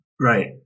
Right